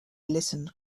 listened